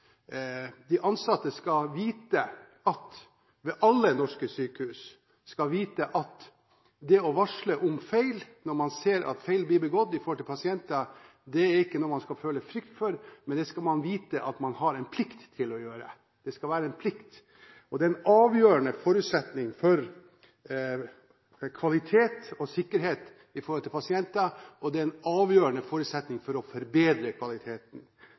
De ansatte ved alle norske sykehus skal vite at det å varsle om feil når man ser at feil blir begått overfor pasienter, er ikke noe man skal føle frykt for å gjøre, men man skal vite at man har en plikt til å gjøre det – det skal være en plikt. Dette er en avgjørende forutsetning for kvalitet og sikkerhet for pasientene, og det er en avgjørende forutsetning for å forbedre kvaliteten.